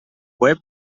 web